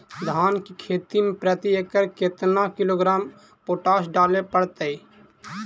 धान की खेती में प्रति एकड़ केतना किलोग्राम पोटास डाले पड़तई?